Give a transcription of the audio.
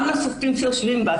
גם לשופטים שיושבים בה.